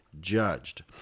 judged